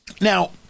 Now